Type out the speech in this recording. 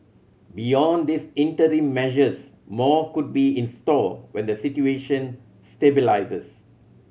beyond these interim measures more could be in store when the situation stabilises